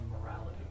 morality